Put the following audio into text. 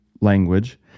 language